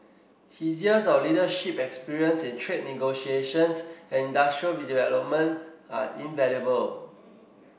his years of leadership experience in trade negotiations and industrial development are invaluable